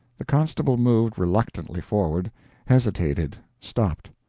the constable moved reluctantly forward hesitated stopped.